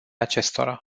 acestora